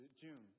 June